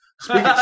Speaking